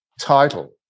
title